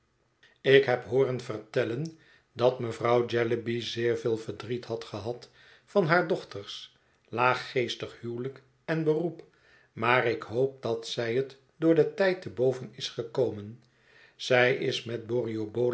ik heb hooren vertellen dat mevrouw jellyby zeer veel verdriet had gehad van haar dochters laaggeestig huwelijk e n beroep maar ik hoop dat zij het door den tijd te boven is gekomen zij is met